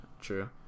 true